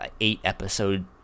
eight-episode